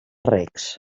recs